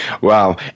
Wow